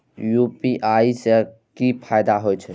UPI से की फायदा हो छे?